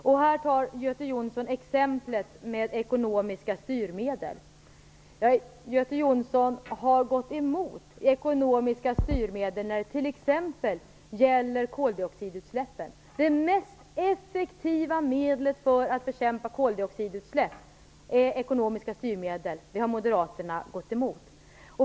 Göte Jonsson tar här upp exemplet med ekonomiska styrmedel. Göte Jonsson har gått emot ekonomiska styrmedel när det t.ex. gäller koldioxidutsläppen. Det mest effektiva medlet för att bekämpa koldioxidutsläpp är ekonomiska styrmedel, och det har moderaterna gått emot.